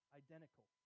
identical